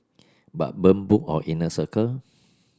but burn book or inner circle